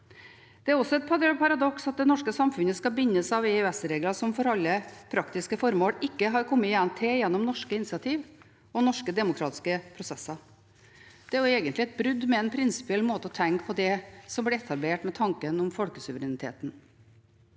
Det er også et paradoks at det norske samfunnet skal bindes av EØS-regler som for alle praktiske formål ikke har kommet til gjennom norske initiativ og norske demokratiske prosesser. Det er jo egentlig et brudd med en prinsipiell måte å tenke på det som ble etablert med tanken om folkesuvereniteten.